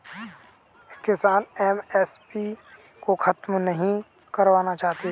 किसान एम.एस.पी को खत्म नहीं करवाना चाहते थे